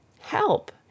Help